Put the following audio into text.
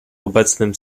obecnym